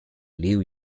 liu